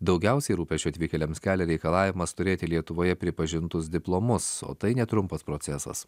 daugiausiai rūpesčių atvykėliams kelia reikalavimas turėti lietuvoje pripažintus diplomus o tai netrumpas procesas